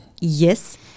Yes